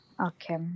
Okay